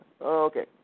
Okay